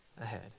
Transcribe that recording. ahead